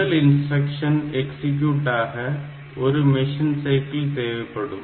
முதல் instruction execute ஆக ஒரு மெஷின் சைக்கிள் தேவைப்படும்